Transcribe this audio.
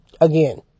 Again